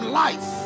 life